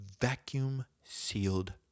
vacuum-sealed